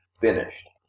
finished